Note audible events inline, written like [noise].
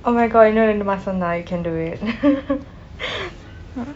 oh my god இன்னும் இரண்டு மாசம் தான்:innum irandu maasam thaan you can do it [noise] (uh huh)